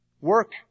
work